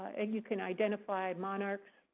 and you can identify monarchs,